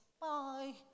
Bye